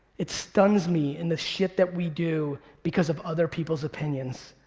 it stuns me in the shit that we do because of other people's opinions.